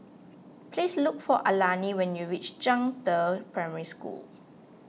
please look for Alani when you reach Zhangde Primary School